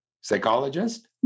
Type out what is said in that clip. psychologist